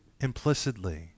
implicitly